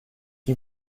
you